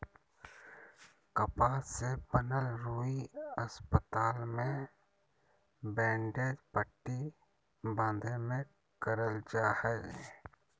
कपास से बनल रुई अस्पताल मे बैंडेज पट्टी बाँधे मे करल जा हय